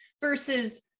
versus